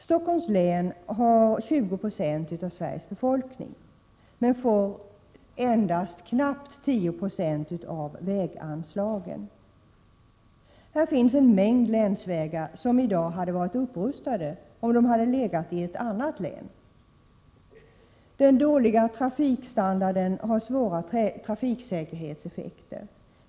Stockholms län har 20 96 av Sveriges befolkning, men får endast knappt 10 22 av väganslagen. Här finns en mängd länsvägar som i dag hade varit upprustade om de legat i ett annat län. Den dåliga trafikstandarden har svåra effekter på trafiksäkerheten.